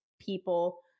people